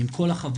עם כל החברות,